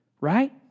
right